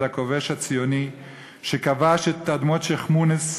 הכובש הציוני שכבש את אדמות שיח'-מוניס,